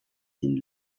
den